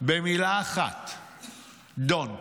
במילה אחת: Don't.